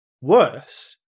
worse